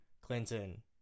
Clinton